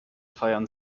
feiern